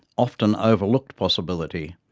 often-overlooked possibility,